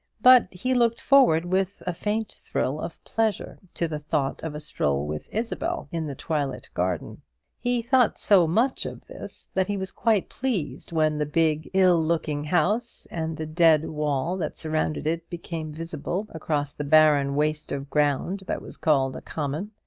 but he looked forward with a faint thrill of pleasure to the thought of a stroll with isabel in the twilit garden he thought so much of this, that he was quite pleased when the big, ill-looking house and the dead wall that surrounded it became visible across the barren waste of ground that was called a common.